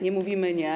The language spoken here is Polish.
Nie mówimy nie.